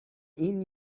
این